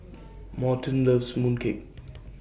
Morton loves Mooncake